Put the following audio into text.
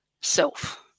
self